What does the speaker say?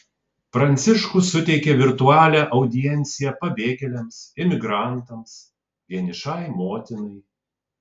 pranciškus suteikė virtualią audienciją pabėgėliams imigrantams vienišai motinai